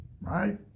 right